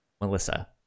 Melissa